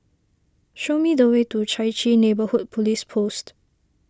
show me the way to Chai Chee Neighbourhood Police Post